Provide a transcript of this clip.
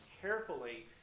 carefully